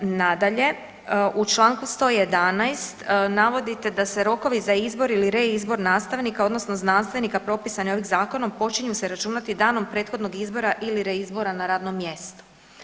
Nadalje, u članku 111. navodite da se rokovi za izbor ili reizbor nastavnika, odnosno znanstvenika propisanih ovim zakonom počinju se računati danom prethodnog izbora ili reizbora na radno mjesto.